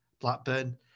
Blackburn